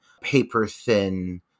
paper-thin